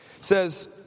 says